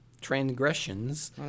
transgressions